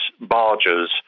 barges